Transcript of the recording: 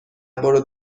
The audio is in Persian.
برو